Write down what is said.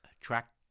Track